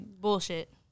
bullshit